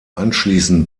anschließend